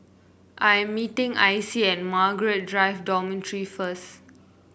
I'm meeting Icie at Margaret Drive Dormitory first